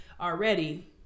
already